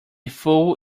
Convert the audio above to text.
fool